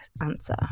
answer